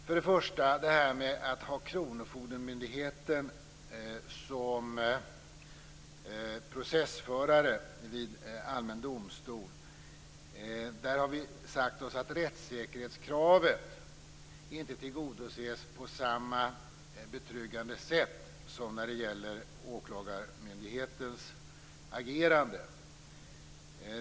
Först och främst när det gäller detta att ha kronofogdemyndigheten som processförare vid allmän domstol har vi sagt oss att rättssäkerhetskravet inte tillgodoses på samma betryggande sätt som när det gäller Åklagarmyndighetens agerande.